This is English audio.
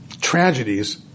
tragedies